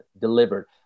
delivered